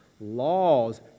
laws